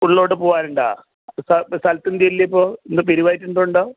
ഉള്ളിലോട്ട് പോകുവാനുണ്ടോ സ്ഥലത്തിന്റെ ഇപ്പോൾ ഇന്ന് പിരിവായിട്ടെന്തെങ്കിലും ഉണ്ടോ